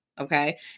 Okay